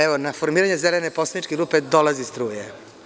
Evo, na formiranje zelene poslaničke grupe dolazi struja.